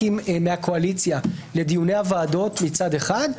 כנסת מהקואליציה לדיוני הוועדות מצד אחד,